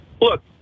Look